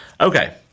Okay